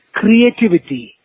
creativity